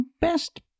best